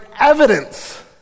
evidence